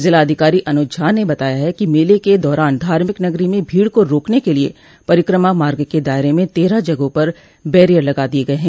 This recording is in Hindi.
जिलाधिकारी अनुज झा ने बताया है कि मेले के दौरान धार्मिक नगरी में भीड़ को रोकने के लिये परिक्रमा मार्ग के दायरे में तेरह जगहों पर बैरियर लगा दिये गये हैं